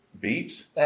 beats